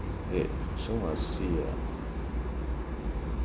wait so must see ah